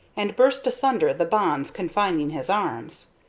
and burst asunder the bonds confining his arms.